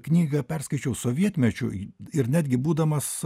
knygą perskaičiau sovietmečiu ir netgi būdamas